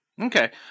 okay